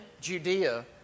Judea